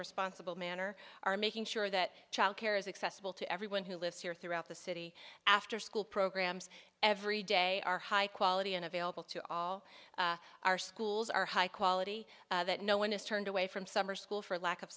responsible manner are making sure that child care is accessible to everyone who lives here throughout the city after school programs every day are high quality and available to all our schools are high quality that no one is turned away from summer school for lack of